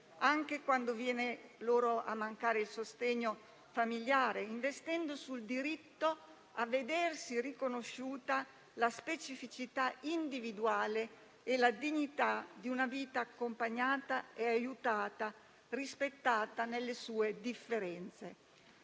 anche quando viene a mancare loro il sostegno familiare, investendo sul diritto a vedersi riconosciute la specificità individuale e la dignità di una vita accompagnata e aiutata, rispettata nelle sue differenze.